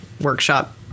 workshop